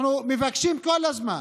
אנחנו מבקשים כל הזמן: